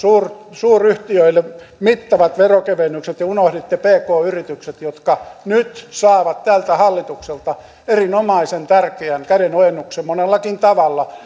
suuryhtiöille mittavat veronkevennykset ja unohditte pk yritykset jotka nyt saavat tältä hallitukselta erinomaisen tärkeän kädenojennuksen monellakin tavalla